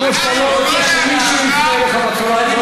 כמו שאתה לא רוצה שמישהו יפנה אליך בצורה הזאת,